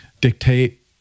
dictate